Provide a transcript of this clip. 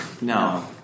no